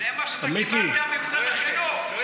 זה מה שאתה קיבלת ממשרד החינוך.